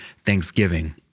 thanksgiving